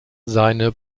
seine